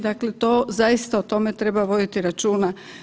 Dakle, to zaista o tome treba voditi računa.